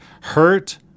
hurt